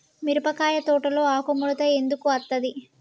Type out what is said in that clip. మిరపకాయ తోటలో ఆకు ముడత ఎందుకు అత్తది?